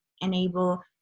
enable